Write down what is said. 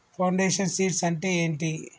Foundation seeds అంటే ఏంటి?